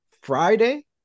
Friday